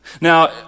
Now